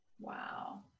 Wow